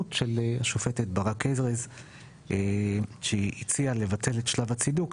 המובחנוּת של השופטת ברק ארז שהציעה לבטל את שלב הצידוק,